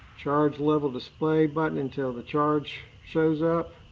charge level display button until the charge shows up.